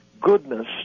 goodness